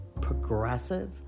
progressive